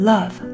Love